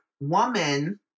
woman